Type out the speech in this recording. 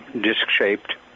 disc-shaped